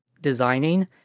designing